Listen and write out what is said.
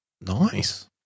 Nice